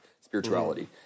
spirituality